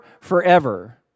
forever